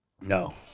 No